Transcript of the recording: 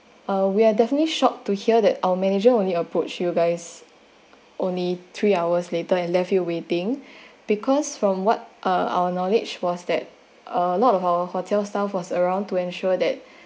uh we are definitely shocked to hear that our manager only approach you guys only three hours later and left your waiting because from what uh our knowledge was that uh lot of our hotel staff was around to ensure that